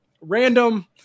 random